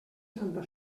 santa